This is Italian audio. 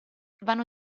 vanno